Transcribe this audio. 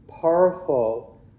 powerful